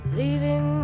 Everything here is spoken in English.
leaving